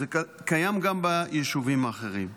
זה קיים גם ביישובים האחרים.